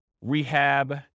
rehab